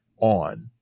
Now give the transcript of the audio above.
on